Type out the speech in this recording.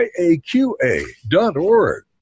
iaqa.org